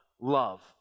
Love